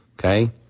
Okay